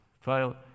file